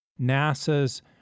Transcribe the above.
NASA's